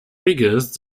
biggest